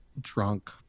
drunk